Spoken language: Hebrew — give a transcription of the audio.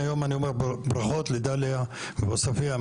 היום אני אומר ברכות לדליה ועוספיה.